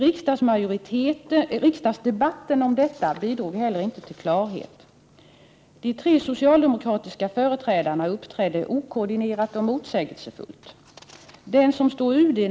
Riksdagsdebatten om detta bidrog inte heller till klarhet. De tre socialdemokratiska företrädarna uppträdde okoordinerat och motsägelsefullt.